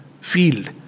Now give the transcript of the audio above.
field